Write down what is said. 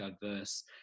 diverse